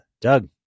Doug